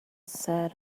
sad